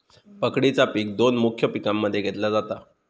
पकडीचा पिक दोन मुख्य पिकांमध्ये घेतला जाता